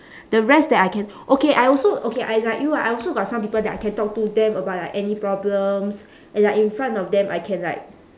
the rest that I can okay I also okay I like you ah I also got some people that I can talk to them about like any problems and like in front of them I can like